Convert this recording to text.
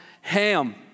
ham